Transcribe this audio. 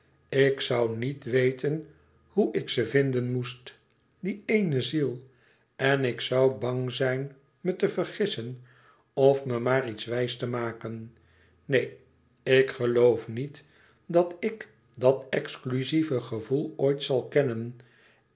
ik zoû niet weten hoe ik ze vinden moest die éene ziel en ik zoû bang zijn me te vergissen of me maar iets wijs te maken neen ik geloof niet dat ik dat excluzieve gevoel ooit zal kennen